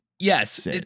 Yes